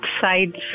sides